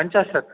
पञ्चाशत्